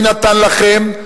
"מי נתן לכם",